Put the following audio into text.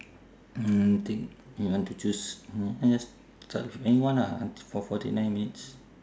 mm I think I want to choose uh just start with any one lah for forty nine minutes